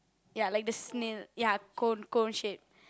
ya like the snail ya cone cone shape